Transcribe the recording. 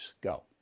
go